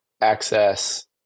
access